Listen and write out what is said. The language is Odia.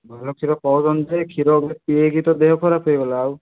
ଭଲ କ୍ଷୀର କହୁଛନ୍ତି ଯେ କ୍ଷୀର ପିଏଇକି ତ ଦେହ ଖରାପ ହେଇଗଲା ଆଉ